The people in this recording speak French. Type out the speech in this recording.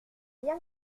bien